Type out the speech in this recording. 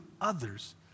others